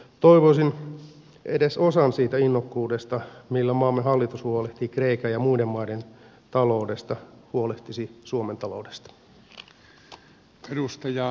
toivoisin että edes osalla siitä innokkuudesta millä maamme hallitus huolehtii kreikan ja muiden maiden taloudesta se huolehtisi suomen taloudesta